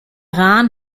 rahn